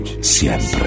siempre